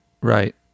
Right